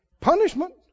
Punishment